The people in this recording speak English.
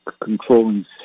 controlling